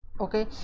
Okay